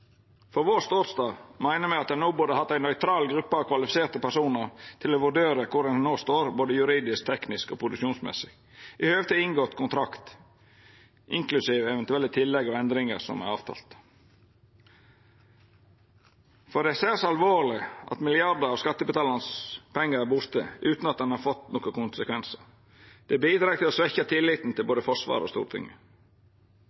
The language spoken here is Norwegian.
vår ståstad meiner me at ein no burde hatt ei nøytral gruppe av kvalifiserte personar til å vurdera kor ein no står, både juridisk, teknisk og produksjonsmessig, i høve til inngått kontrakt, inklusiv eventuelle tillegg og endringar som er avtalt. Det er særs alvorleg at milliardar av skattebetalarane sine pengar er borte, utan at det har fått nokon konsekvensar. Det bidreg til å svekkja tilliten til